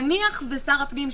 נניח ששר הפנים,